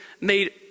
made